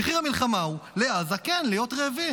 מחיר המלחמה לעזה הוא, כן, להיות רעבים.